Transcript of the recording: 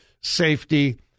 safety